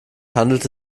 handelt